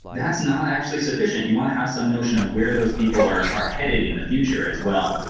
that's not actually sufficient. you want to have some notion of where those people are are headed in the future as well.